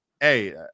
hey